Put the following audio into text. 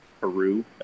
Peru